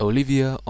Olivia